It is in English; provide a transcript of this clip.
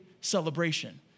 celebration